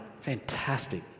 Fantastic